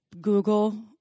Google